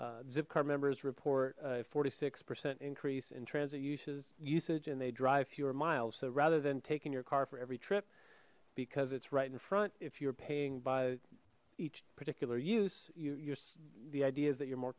dip car members report a forty six percent increase in transit uses usage and they drive fewer miles so rather than taking your car for every trip because it's right in front if you're paying by each particular use you use the idea is that you're more